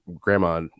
grandma